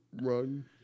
run